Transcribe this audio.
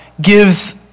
gives